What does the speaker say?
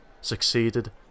succeeded